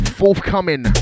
forthcoming